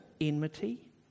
enmity